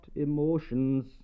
emotions